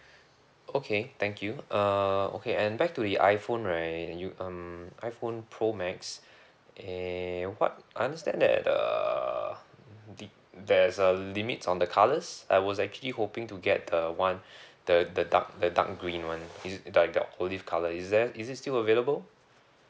okay thank you err okay and back to the iphone right you um iphone pro max err what I understand that the the there's a limit on the colours I was actually hoping to get the one the the dark the dark green one is it like the olive colour is there is it still available